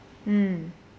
mm